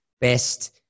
best